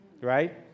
right